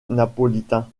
napolitain